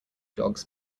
dogs